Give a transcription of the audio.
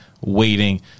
waiting